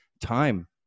time